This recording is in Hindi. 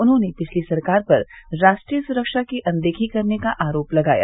उन्होंने पिछली सरकार पर राष्ट्रीय सुरक्षा की अनदेखी करने का आरोप लगाया